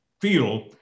feel